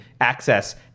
access